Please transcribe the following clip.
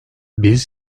biz